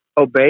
obey